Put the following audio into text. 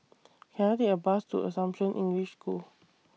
Can I Take A Bus to Assumption English School